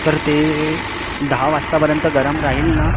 तर ते दहा वाजतापर्यंत गरम राहील ना